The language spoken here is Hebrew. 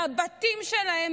מהבתים שלהם,